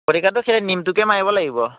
গতিকেটো সেই নিমটোকে মাৰিব লাগিব